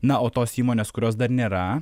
na o tos įmonės kurios dar nėra